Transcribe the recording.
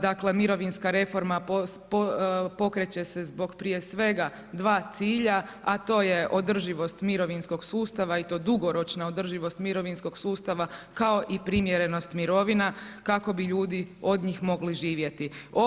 Dakle mirovinska reforma pokreće se zbog prije svega dva cilja, a to je održivost mirovinskog sustava i to dugoročna održivost mirovinskog sustava kao i primjerenost mirovina kako bi ljudi od njih mogli živjeti.